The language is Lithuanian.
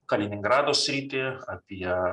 kaliningrado sritį apie